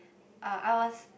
uh I was